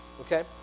Okay